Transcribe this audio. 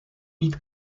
být